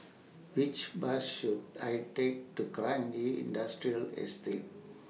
Which Bus should I Take to Kranji Industrial Estate